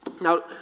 Now